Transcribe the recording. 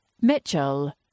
Mitchell